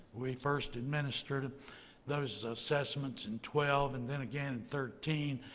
we first administered those assessments in twelve and then again thirteen.